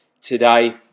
today